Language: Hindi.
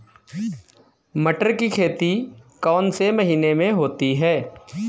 मटर की खेती कौन से महीने में होती है?